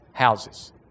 houses